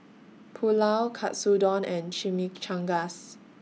Pulao Katsudon and Chimichangas